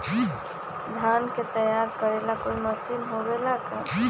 धान के तैयार करेला कोई मशीन होबेला का?